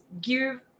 give